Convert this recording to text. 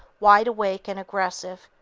wide-awake, and aggressive.